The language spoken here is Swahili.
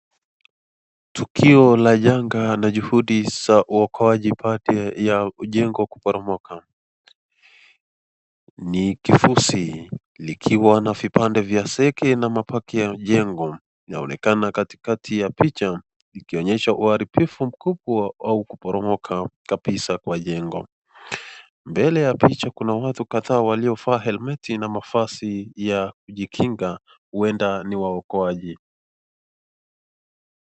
Tukio la janga na juhudi ya uokoaji baada ya ujengo kupomoka. Ni kifusi likiwa na vipande wa zegi na mabaki ya mjengo yaonekana katikati ya picha, likionyesha uharibifu mkubwa au kuporomoka kwa jengo. Mbele ya picha Kuna watu kadhaa waliovaa helmeti na mavazi ya kujikinga, huenda ni waokoaji